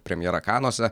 premjera kanuose